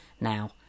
now